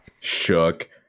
shook